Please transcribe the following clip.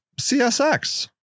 CSX